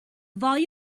volume